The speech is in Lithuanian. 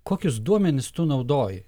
kokius duomenis tu naudoji